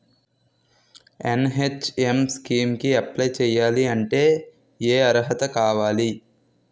NHM scheme కి apply చేయాలి అంటే ఏ అర్హత కావాలి?